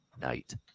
night